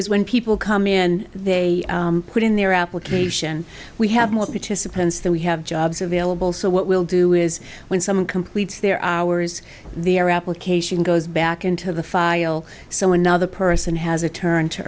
is when people come in and they put in their application we have more participants than we have jobs available so what we'll do is when someone completes their hours their application goes back into the file so another person has a turn to